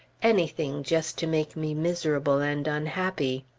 anything, just to make me miserable and unhappy!